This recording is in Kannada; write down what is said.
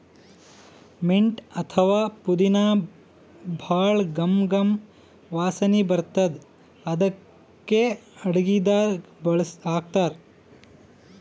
ಮಿಂಟ್ ಅಥವಾ ಪುದಿನಾ ಭಾಳ್ ಘಮ್ ಘಮ್ ವಾಸನಿ ಬರ್ತದ್ ಅದಕ್ಕೆ ಅಡಗಿದಾಗ್ ಹಾಕ್ತಾರ್